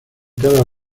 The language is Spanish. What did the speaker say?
cada